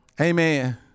Amen